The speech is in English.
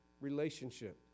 relationship